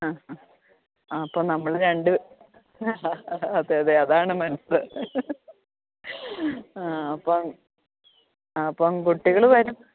ആ ആ അപ്പം നമ്മൾ രണ്ട് അതേ അതേ അതാണ് മനസ് ആ അപ്പം ആ അപ്പം കുട്ടികൾ വരും